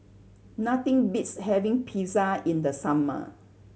nothing beats having Pizza in the summer